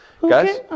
guys